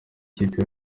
kipe